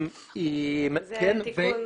כן.